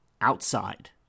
outside